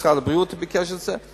משרד הבריאות ביקש את זה,